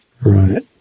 Right